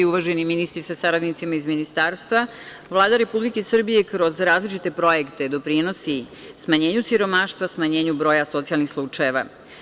Uvaženi ministri sa saradnicima iz ministarstva, Vlada Republike Srbije kroz različite projekte doprinosi smanjenju siromaštva, smanjenju broja socijalnih slučajeva.